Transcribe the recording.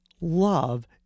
love